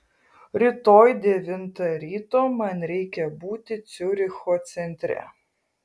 rytoj devintą ryto man reikia būti ciuricho centre